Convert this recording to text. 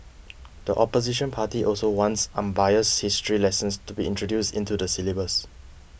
the opposition party also wants unbiased history lessons to be introduced into the syllabus